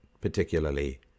particularly